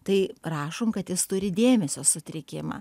tai rašom kad jis turi dėmesio sutrikimą